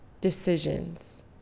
decisions